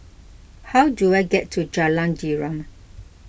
how do I get to Jalan Derum